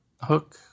hook